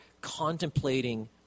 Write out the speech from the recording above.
contemplating